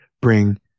bring